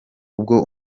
ubwo